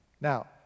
Now